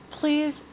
Please